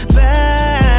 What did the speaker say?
back